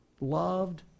Loved